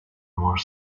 more